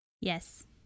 Yes